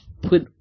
put